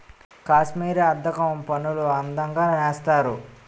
కాశ్మీరీ అద్దకం పనులు అందంగా నేస్తారు